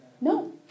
No